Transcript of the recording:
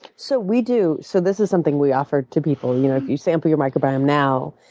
so we do so this is something we offer to people. you know if you sample your microbiome now,